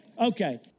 Okay